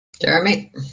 Jeremy